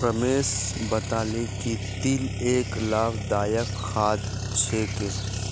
रमेश बताले कि तिल एक लाभदायक खाद्य छिके